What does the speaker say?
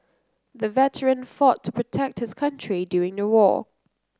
the veteran fought to protect his country during the war